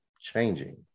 changing